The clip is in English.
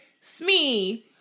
Smee